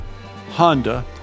Honda